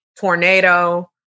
tornado